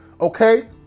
Okay